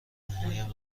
موهایم